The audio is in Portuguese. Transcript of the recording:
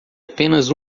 apenas